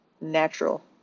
natural